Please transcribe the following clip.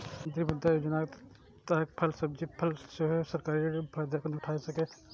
प्रधानमंत्री मुद्रा योजनाक तहत फल सब्जी बला सेहो सरकारी ऋणक फायदा उठा सकैए